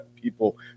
people